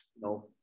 no